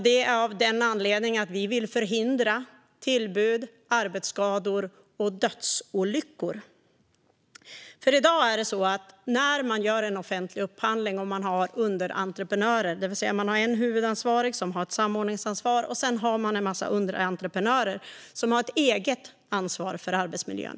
Vi vill därigenom förhindra tillbud, arbetsskador och dödsolyckor. Om man i dag gör en offentlig upphandling och det finns underentreprenörer finns också en huvudansvarig med ett samordningsansvar. Denna har sedan en massa underentreprenörer som har ett eget ansvar för arbetsmiljön.